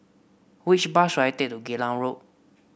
which bus should I take to Geylang Road